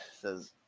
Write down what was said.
says